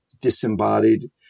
disembodied